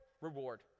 reward